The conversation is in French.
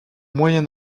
moyen